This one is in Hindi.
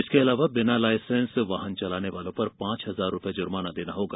इसके अलावा बिना लाइसेंस वाहन चलाने वालो पर पांच हजार रुपये जुर्माना देना होगा